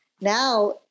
Now